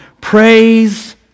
praise